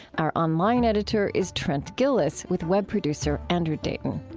our online editor is trent gilliss, with web producer andrew dayton.